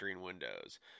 Windows